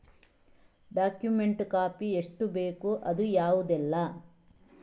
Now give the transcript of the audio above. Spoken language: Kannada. ಡಾಕ್ಯುಮೆಂಟ್ ಕಾಪಿ ಎಷ್ಟು ಬೇಕು ಅದು ಯಾವುದೆಲ್ಲ?